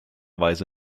weise